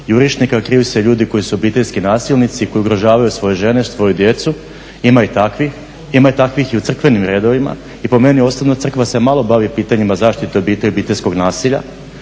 jurišnika kriju se ljudi koji su obiteljski nasilnici koji ugrožavaju svoje žene, svoju djecu, ima takvih i u crkvenim redovima. I po meni osobno Crkva se malo bavi pitanjima zaštite obitelji i